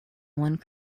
one